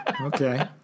Okay